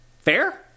Fair